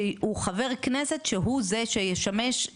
שהוא חבר כנסת שהוא זה שישמש.